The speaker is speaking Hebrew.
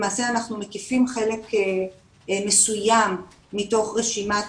למעשה אנחנו מקיפים חלק מסוים מתוך רשימת